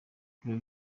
reba